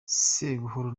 sebuhoro